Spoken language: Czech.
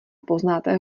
poznáte